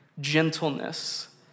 gentleness